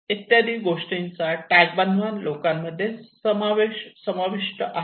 इत्यादी गोष्टी टॅगबानवां लोकांमध्ये समाविष्ट आहेत